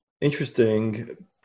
Interesting